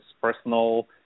personal